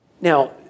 Now